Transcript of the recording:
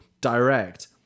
direct